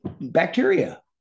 bacteria